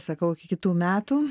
sakau iki kitų metų